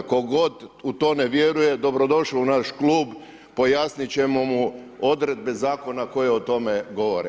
Tko god u to ne vjeruje, dobrodošao u naš klub, pojasniti ćemo mu odredbe zakona koje o tome govore.